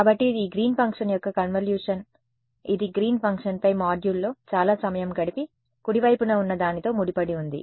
కాబట్టి ఇది ఈ గ్రీన్ ఫంక్షన్ యొక్క కన్వల్యూషన్ ఇది గ్రీన్ ఫంక్షన్పై మాడ్యూల్లో చాలా సమయం గడిపి కుడి వైపున ఉన్న దానితో ముడిపడి ఉంది